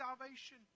salvation